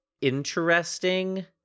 interesting